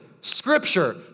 Scripture